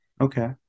okay